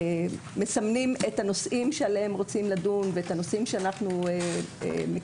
מסמנים את הנושאים שעליהם רוצים לדון ואת הנושאים שאנחנו מקדמים.